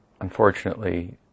unfortunately